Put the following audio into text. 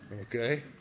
okay